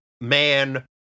man